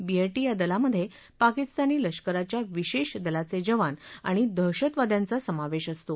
B A T या दलामधे पाकिस्तानी लष्कराच्या विशेष दलाचे जवान आणि दहशतवाद्यांचा समावेश असतो